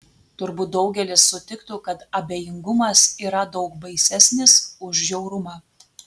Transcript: turbūt daugelis sutiktų kad abejingumas yra daug baisesnis už žiaurumą